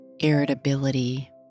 Irritability